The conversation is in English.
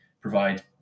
provide